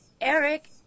Eric